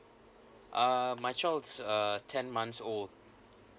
uh my child's uh ten months old